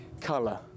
color